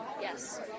yes